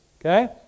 okay